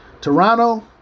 Toronto